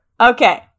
Okay